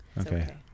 Okay